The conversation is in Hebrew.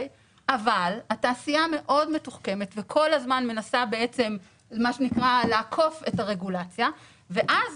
אבל התעשייה מאוד מתוחכמת וכל הזמן מנסה לעקוף את הרגולציה ואז